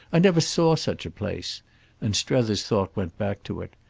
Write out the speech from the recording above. i never saw such a place and strether's thought went back to it.